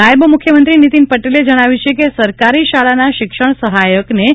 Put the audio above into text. નાયબ મુખ્યમંત્રી નીતિન પટેલે જણાવ્યું કે સરકારી શાળાના શિક્ષણ સહાયકને તા